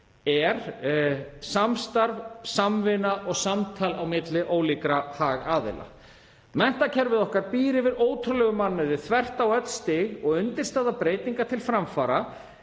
er samstarf, samvinna og samtal milli ólíkra hagaðila. Menntakerfið okkar býr yfir ótrúlegum mannauði þvert á öll stig og undirstaða breytinga til framfara